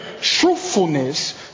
truthfulness